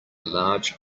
large